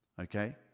Okay